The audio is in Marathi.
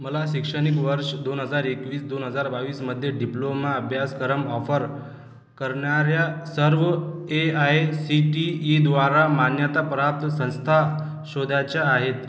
मला शैक्षणिक वर्ष दोन हजार एकवीस दोन हजार बावीस मध्ये डिप्लोमा अभ्यासक्रम ऑफर करणाऱ्या सर्व A I C T E द्वारा मान्यताप्राप्त संस्था शोधायच्या आहेत